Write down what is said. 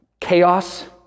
chaos